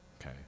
Okay